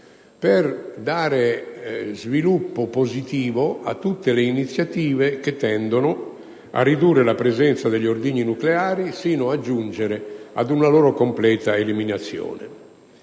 per dare sviluppo positivo a tutte le iniziative che tendono a ridurre la presenza degli ordigni nucleari, sino a giungere ad una loro completa eliminazione.